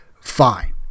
fine